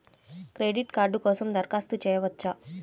Credit card కోసం దరఖాస్తు చేయవచ్చా?